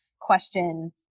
question